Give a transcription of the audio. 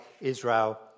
Israel